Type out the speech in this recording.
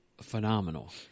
phenomenal